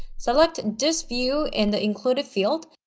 select this view in the included field